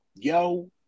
Yo